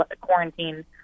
quarantine